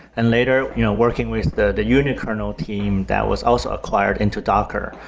and later you know working with the the you know kernel team that was also acquired into docker.